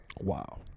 wow